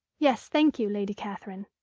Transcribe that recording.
yes, thank you, lady catherine.